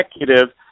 executive